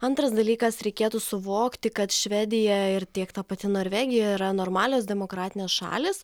antras dalykas reikėtų suvokti kad švedija ir tiek ta pati norvegija yra normalios demokratinės šalys